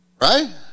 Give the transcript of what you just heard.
Right